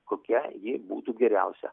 kokia ji būtų geriausia